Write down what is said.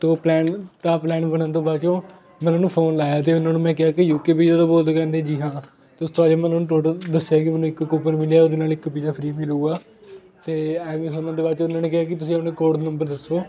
ਤੋ ਪਲੈਨ ਤਾਂ ਪਲੈਨ ਬਣਨ ਤੋਂ ਬਾਚੋਂ ਮੈਂ ਉਹਨਾਂ ਨੂੰ ਫ਼ੋਨ ਲਾਇਆ ਅਤੇ ਉਹਨਾਂ ਨੂੰ ਮੈਂ ਕਿਹਾ ਕਿ ਯੂਕੇ ਪੀਜ਼ੇ ਤੋਂ ਬੋਲਦੇ ਕਹਿੰਦੇ ਜੀ ਹਾਂ ਅਤੇ ਉਸ ਤੋਂ ਬਾਅਦ 'ਚ ਮੈਂ ਉਹਨਾਂ ਨੂੰ ਟੋਟਲ ਦੱਸਿਆ ਕਿ ਮੈਨੂੰ ਇੱਕ ਕੂਪਨ ਮਿਲਿਆ ਉਹਦੇ ਨਾਲ ਇੱਕ ਪੀਜ਼ਾ ਫਰੀ ਮਿਲੂਗਾ ਅਤੇ ਐਵੇਂ ਸੁਣਨ ਤੋਂ ਬਾਅਦ 'ਚ ਉਹਨਾਂ ਨੇ ਕਿਹਾ ਕਿ ਤੁਸੀਂ ਆਪਣੇ ਕੋਡ ਨੰਬਰ ਦੱਸੋ